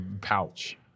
pouch